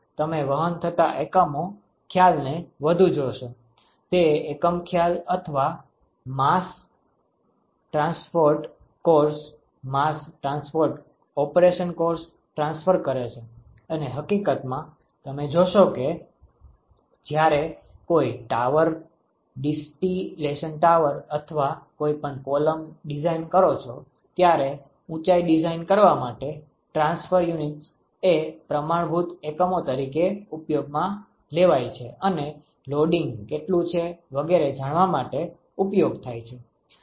તમે વહન થતા એકમો ખ્યાલને વધુ જોશો તે એકમ ખ્યાલ અથવા mass transport course mass transport operation course transfer કરે છે અને હકીકતમાં તમે જોશો કે જ્યારે તમે કોઈ ટાવર ડિસ્ટિલેશન ટાવર અથવા કોઈપણ કોલમ ડિઝાઈન કરો છો ત્યારે ઉચાઇ ડીઝાઇન કરવા માટે ટ્રાન્સફર યુનિટ્સ એ પ્રમાણભૂત એકમો તરીકે ઉપયોગમાં લેવાઈ છે અને લોડીંગ કેટલું છે વગેરે જાણવા માટે ઉપયોગ થાય છે